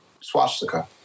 swastika